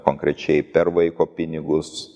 konkrečiai per vaiko pinigus